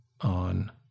on